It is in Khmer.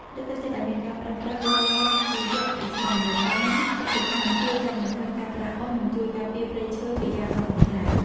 លើកទឹកចិត្តឱ្យមានការប្រើប្រាស់ឡជីវឧស្ម័ននៅតាមកសិដ្ឋានជួយកាត់បន្ថយការប្រើអុស និង ជួយការពារព្រៃឈើពីការកាប់បំផ្លាញ។